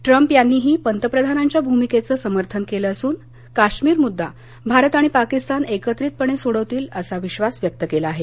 Trump यांनीही पंतप्रधानांच्या भूमिकेचं समर्थन केलं असून काश्मीर मुद्दा भारत पाकिस्तान एकत्रितपणे सोडवतील असा विश्वास व्यक्त केला आहे